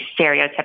stereotypical